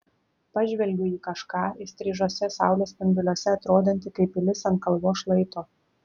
pažvelgiu į kažką įstrižuose saulės spinduliuose atrodantį kaip pilis ant kalvos šlaito